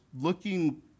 looking